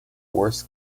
worst